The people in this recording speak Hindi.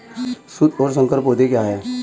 शुद्ध और संकर पौधे क्या हैं?